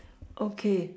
okay